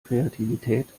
kreativität